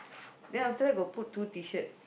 then after that got put two T-shirt